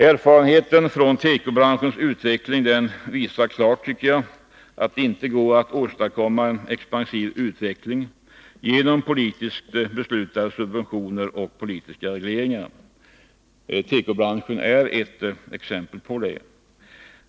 Erfarenheterna från tekobranschens utveckling visar klart att det inte går att åstadkomma en expansiv utveckling genom politiskt beslutade subventioner och politiska regleringar. Tekobranschen är ett bevis på detta.